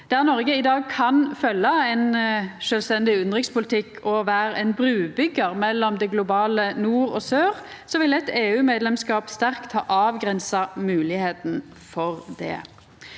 Noreg i dag kan følgja ein sjølvstendig utanrikspolitikk og vera ein brubyggjar mellom det globale nord og sør, ville eit EU-medlemskap sterkt ha avgrensa moglegheita for det.